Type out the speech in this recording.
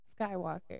Skywalker